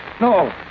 No